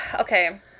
Okay